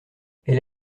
elle